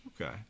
okay